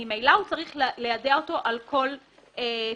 ממילא הוא צריך ליידע אותו על כל תיעוד.